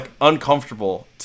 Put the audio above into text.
uncomfortable